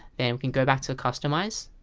then we can go back to customize